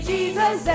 Jesus